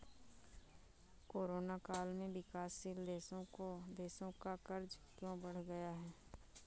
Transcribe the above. Corona काल में विकासशील देशों का कर्ज क्यों बढ़ गया है?